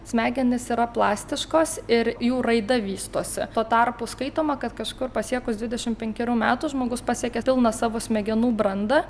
smegenys yra plastiškos ir jų raida vystosi tuo tarpu skaitoma kad kažkur pasiekus dvidešimt penkerių metų žmogus pasiekia pilną savo smegenų brandą